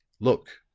look,